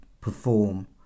perform